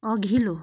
अघिल्लो